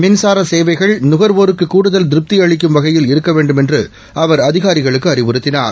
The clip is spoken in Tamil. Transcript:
மின்சார சேவைகள் நுகா்வோருக்கு கூடுதல் திருப்தி அளிக்கும் வகையில் இருக்க வேண்டுமென்று அவா அதிகாரிகளுக்கு அறிவுறுத்தினார்